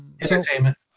Entertainment